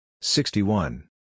sixty-one